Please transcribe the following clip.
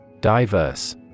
Diverse